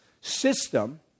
system